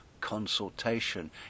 consultation